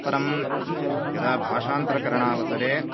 परं यदा भाषान्तरकरणावसरे